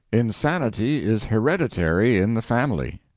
insanity is hereditary in the family.